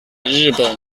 日本